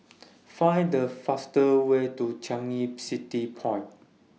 Find The fastest Way to Changi City Point